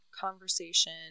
conversation